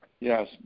Yes